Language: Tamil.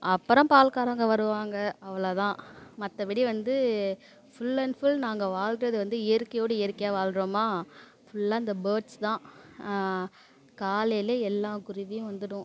அப்புறம் பால்காரவங்க வருவாங்க அவ்வளதான் மற்றபடி வந்து ஃபுல்லன் ஃபுல் நாங்கள் வாழ்றது வந்து இயற்கையோடு இயற்கையாக வாழ்றோமா ஃபுல்லாக இந்த பேர்ட்ஸ் தான் காலையில் எல்லா குருவியும் வந்துடும்